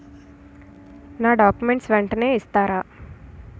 నా డాక్యుమెంట్స్ వెంటనే ఇస్తారా?